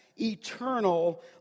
eternal